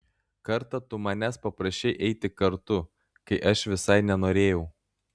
kartą tu manęs paprašei eiti kartu kai aš visai nenorėjau